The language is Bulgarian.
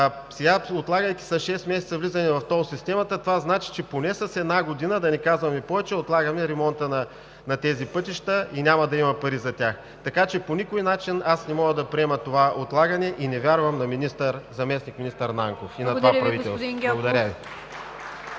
Сега, отлагайки с шест месеца влизане на тол системата, това значи, че поне с една година, да не казвам и повече, отлагаме ремонта на тези пътища и няма да има пари за тях. По никакъв начин не мога да приема това отлагане и не вярвам на заместник-министър Нанков и на това правителство. Благодаря Ви. (Ръкопляскания